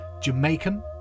Jamaican